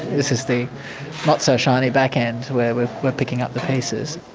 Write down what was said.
this is the not so shiny back end, where we're we're picking up the pieces.